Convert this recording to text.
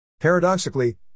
Paradoxically